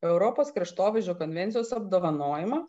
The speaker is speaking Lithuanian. europos kraštovaizdžio konvencijos apdovanojimą